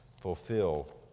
fulfill